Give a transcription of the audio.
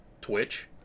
Twitch